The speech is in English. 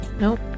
Nope